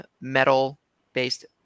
metal-based